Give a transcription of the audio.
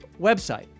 website